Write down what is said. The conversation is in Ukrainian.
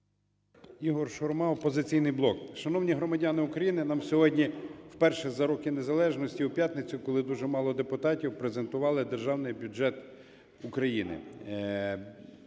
Ігор Шурма, "Опозиційний блок". Шановні громадяни України, нам сьогодні вперше за роки незалежності в п'ятницю, коли дуже мало депутатів, презентували Державний бюджет України.